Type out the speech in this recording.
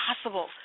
impossible